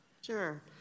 Sure